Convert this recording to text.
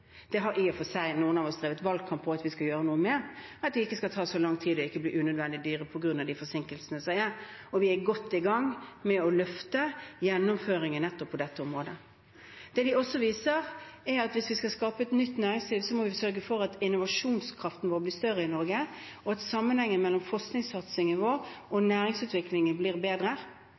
Det har i og for seg noen av oss drevet valgkamp på at vi skulle gjøre noe med, at det ikke skal ta så lang tid, og at det ikke skal bli unødvendig dyrt på grunn av forsinkelser. Vi er godt i gang med å løfte gjennomføringen nettopp på dette området. Det vi også ser, er at hvis vi skal skape et nytt næringsliv, må vi sørge for at innovasjonskraften i Norge blir større, og at sammenhengen mellom forskningssatsingen vår og næringsutviklingen blir bedre.